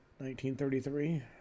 1933